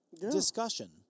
discussion